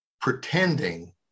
pretending